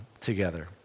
together